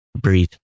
breathe